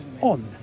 on